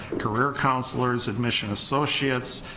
career counselors, admission associates,